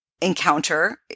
encounter